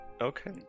Okay